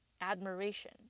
admiration